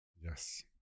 Yes